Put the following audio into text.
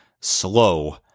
slow